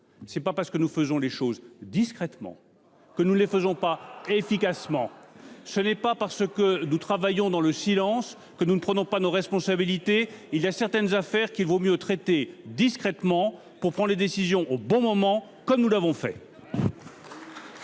ce n’est pas parce que nous faisons les choses discrètement que nous ne les faisons pas efficacement. Ce n’est pas parce que nous travaillons dans le silence que nous ne prenons pas nos responsabilités. Il vaut mieux traiter certaines affaires discrètement, pour prendre les décisions au bon moment, comme nous l’avons fait.